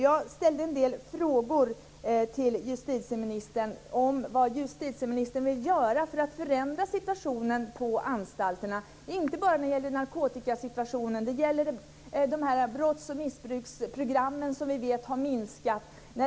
Jag ställde några frågor till justitieministern om vad justitieministern vill göra för att förändra situationen på anstalterna, och inte bara när det gäller narkotikasituationen. Det gäller de brotts och missbruksprogram som vi vet har minskat.